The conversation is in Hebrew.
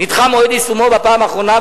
נדחה מועד יישומו בפעם האחרונה,